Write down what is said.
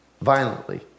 violently